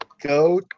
go